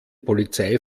polizei